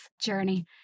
journey